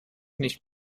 nicht